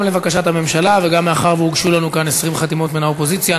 גם לבקשת הממשלה וגם מאחר שהוגשו לנו כאן 20 חתימות מן האופוזיציה,